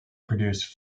produced